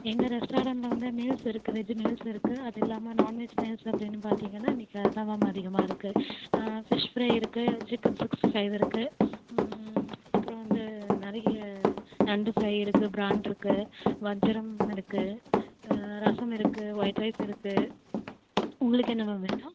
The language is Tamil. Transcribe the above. எங்கள் ரெஸ்ட்டாரெண்ட்ல வந்து மீல்ஸ் இருக்குது வெஜ்ஜி மீல்ஸ் இருக்குது அது இல்லாமல் நாண்வெஜ் மீல்ஸு அப்படின்னு பார்த்திங்கன்னா இன்னைக்கி அதுதான் மேம் அதிகமாக இருக்குது ஃபிஷ் ஃப்ரை இருக்குது சிக்கன் சிக்ஸ்ட்டி ஃபைவ் இருக்குது அப்புறம் வந்து நிறைய நண்டு ஃப்ரை இருக்குது ப்ரான்ருக்குது வஞ்சரம் இருக்குது ரசம் இருக்குது ஒயிட் ரைஸ் இருக்குது உங்களுக்கு என்ன மேம் வேணும்